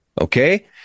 Okay